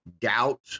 doubt